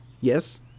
yes